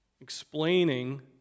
explaining